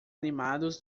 animados